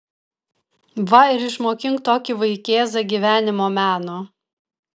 va ir išmokink tokį vaikėzą gyvenimo meno